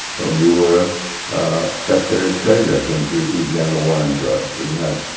when you were secretary of the treasury i think we began the war on drugs. isn't that?